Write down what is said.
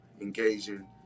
engaging